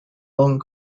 long